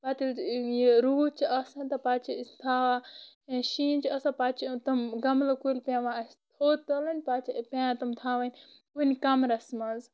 پتہٕ ییلہِ یہِ روٗد چھُ آسان پتہٕ چھِ أسۍ تھاوان یا شیٖن چھُ آسان پتہٕ چھِ تِم گملہٕ کُلۍ پٮ۪وان اسہِ تھوٚد تُلٕنۍ پتہٕ چھِ پٮ۪وان تم تھاوٕنۍ کُنہِ کمرس منٛز